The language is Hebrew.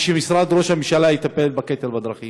ושמשרד ראש הממשלה יטפל בקטל בדרכים.